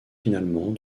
finalement